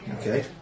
Okay